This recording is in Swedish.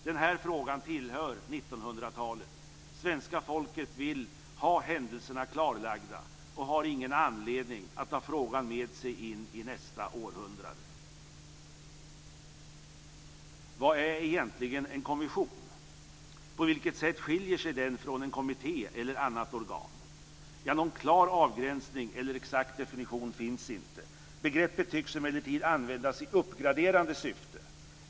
Den här frågan tillhör 1900-talet. Svenska folket vill ha händelserna klarlagda. Det finns ingen anledning att ta frågan med sig in i nästa århundrade. Vad är egentligen en kommission? På vilket sätt skiljer den sig från en kommitté eller annat organ? Någon klar avgränsning eller exakt definition finns inte. Begreppet tycks emellertid användas i uppgraderande syfte.